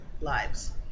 lives